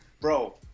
Bro